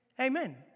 amen